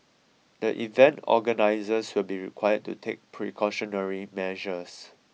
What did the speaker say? the event organisers will be required to take precautionary measures